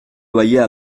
loyers